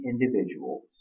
individuals